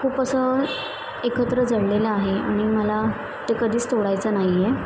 खूप असं एकत्र जडलेलं आहे आणि मला ते कधीच तोडायचं नाही आहे